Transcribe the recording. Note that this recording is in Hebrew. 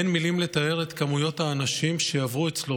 אין מילים לתאר את כמויות האנשים שעברו אצלו,